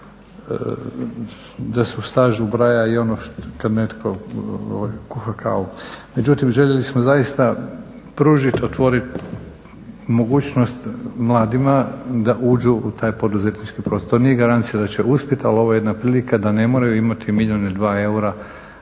da se u staž ubraja i ono kad netko kuha kavu. Međutim, željeli smo zaista pružit, otvorit mogućnost mladima da uđu u taj poduzetnički prostor, nije garancija a će uspjet ali ovo je jedna prilika da ne moraju imati milijun ili 2 eura